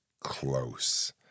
close